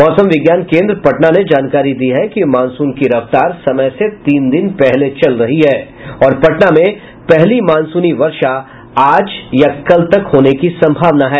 मौसम विज्ञान केंद्र पटना ने जानकारी दी है कि मानसून की रफ्तार समय से तीन दिन पहले चल रही है और पटना में पहली मानसूनी वर्षा आज या कल तक होने की संभावना है